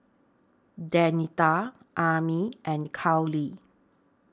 Danita Armin and Carley